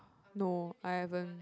no I haven't